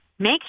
Make